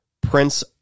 Prince